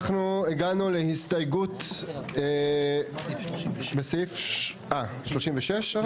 אנחנו הגענו להסתייגויות 19-22 בסעיף 36. אפשר להצביע.